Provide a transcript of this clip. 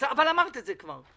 אבל אמרת את זה כבר.